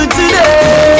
today